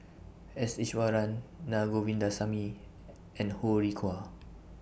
S Iswaran Naa Govindasamy and Ho Rih Hwa